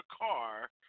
car